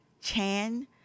Chan